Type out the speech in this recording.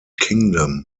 kingdom